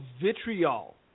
vitriol